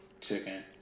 chicken